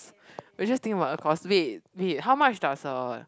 we just think about the cost wait wait how much does a